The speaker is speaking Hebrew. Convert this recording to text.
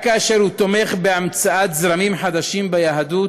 רק כאשר הוא תומך בהמצאת זרמים חדשים ביהדות,